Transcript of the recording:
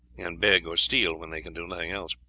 and beg or steal when they can do nothing else.